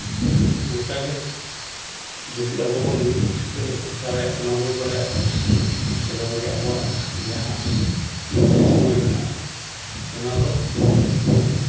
ᱚᱱᱠᱟ ᱜᱮ ᱡᱩᱫᱤ ᱟᱵᱚ ᱵᱚᱱ ᱴᱷᱤᱠᱟᱹ ᱫᱟᱲᱮᱭᱟᱜ ᱠᱟᱱᱟ ᱩᱨᱩᱢ ᱫᱟᱲᱮᱭᱟᱜ ᱠᱟᱱᱟ ᱥᱮ ᱵᱟᱝᱜᱮ ᱟᱵᱚᱣᱟᱜ ᱡᱟᱦᱟᱸ ᱥᱚᱢᱚᱭ ᱢᱮᱱᱟᱜᱼᱟ ᱚᱱᱟ ᱫᱚ